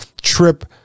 Trip